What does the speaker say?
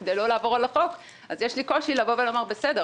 כדי לא לעבור על החוק אז יש לי קושי לבוא ולומר: בסדר,